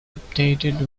updated